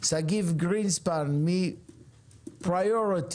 שגיב גרינספן מ-Priority,